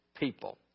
people